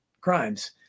crimes